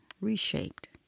reshaped